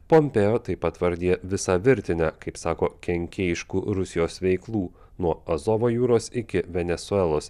pompeo taip pat vardija visą virtinę kaip sako kenkėjiškų rusijos veiklų nuo azovo jūros iki venesuelos